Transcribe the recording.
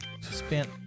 spent